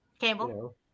Campbell